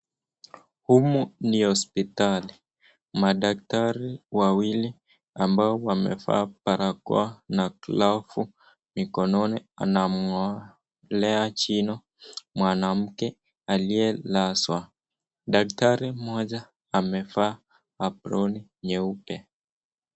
Humu ni hospitali madaktari wawili ambao wamevaa barakoa na glovu mikononi anamng'olea jino mwanamke aliyelazwa. Daktari moja amevaa ambroni nyeupe.